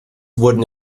wurden